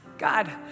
God